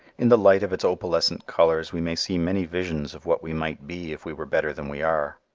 in the light of its opalescent colors we may see many visions of what we might be if we were better than we are,